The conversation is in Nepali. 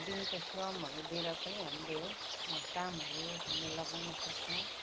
दिनको श्रमहरू दिएर पनि हामीले है कामहरू हामीले लगाउन सक्छौँ